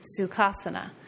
Sukhasana